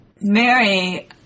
Mary